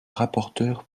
rapporteur